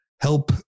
help